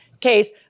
case